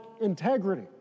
integrity